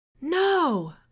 No